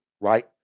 right